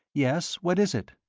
yes, what is it?